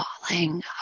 falling